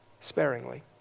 sparingly